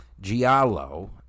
Giallo